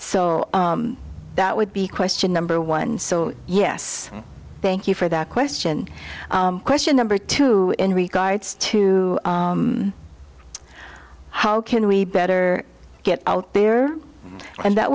so that would be question number one so yes thank you for that question question number two in regards to how can we better get out there and that